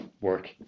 work